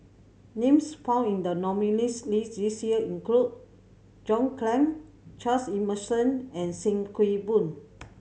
names found in the nominees' list this year include John Clang Charles Emmerson and Sim Kee Boon